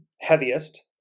heaviest